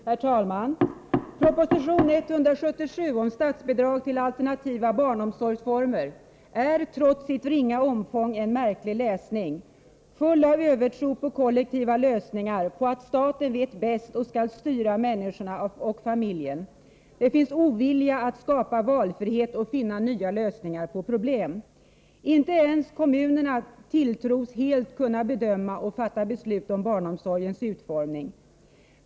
Herr talman! Proposition 177 om statsbidrag till alternativa barnomsorgsformer är — trots sitt ringa omfång — en märklig läsning, full av övertro på kollektiva lösningar och på att staten vet bäst och skall styra människorna och familjen. Det visas ovilja att skapa valfrihet och finna nya lösningar på problem. Inte ens kommunerna tilltros helt kunna bedöma och fatta beslut om barnomsorgens utformning.